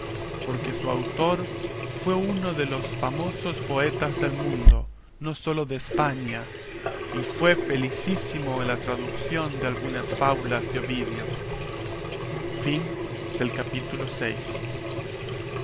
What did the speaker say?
porque su autor fue uno de los famosos poetas del mundo no sólo de españa y fue felicísimo en la tradución de algunas fábulas de ovidio capítulo vii